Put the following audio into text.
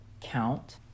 count